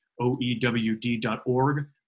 oewd.org